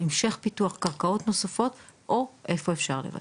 המשך פיתוח קרקעות נוספות או איפה אפשר לוותר.